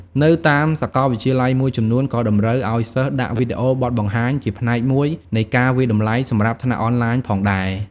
នៅតាមសកលវិទ្យាល៏យមួយចំនួនក៏តម្រូវឱ្យសិស្សដាក់វីដេអូបទបង្ហាញជាផ្នែកមួយនៃការវាយតម្លៃសម្រាប់ថ្នាក់អនឡាញផងដែរ។